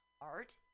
art